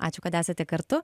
ačiū kad esate kartu